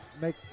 make